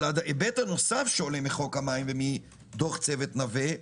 אבל היבט נוסף שעולה מחוק המים ומדוח צוות נווה,